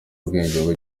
ubwenge